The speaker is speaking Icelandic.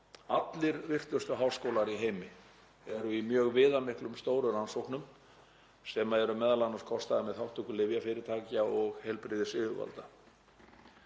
Allir virtustu háskólar í heimi eru í mjög viðamiklum, stórum rannsóknum sem eru m.a. kostaðar með þátttöku lyfjafyrirtækja og heilbrigðisyfirvalda.